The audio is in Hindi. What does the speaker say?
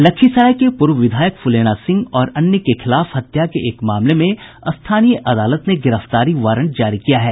लखीसराय के पूर्व विधायक फूलेना सिंह और अन्य के खिलाफ हत्या के मामले में स्थानीय अदालत ने गिरफ्तारी वारंट जारी किया है